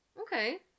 Okay